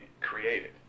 created